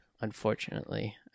unfortunately